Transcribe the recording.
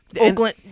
Oakland